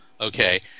okay